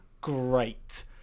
great